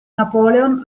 napoleon